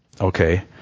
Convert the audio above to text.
okay